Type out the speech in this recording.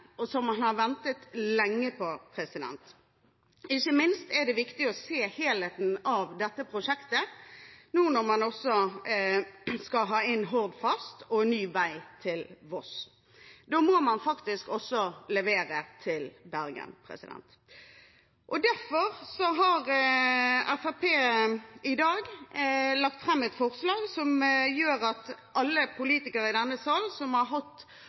og som man har ventet lenge på. Ikke minst er det viktig å se helheten i dette prosjektet nå når man også skal ha inn Hordfast og ny vei til Voss. Da må man faktisk også levere til Bergen. Derfor har Fremskrittspartiet i dag lagt fram et forslag som gjør at alle politikere i denne salen som har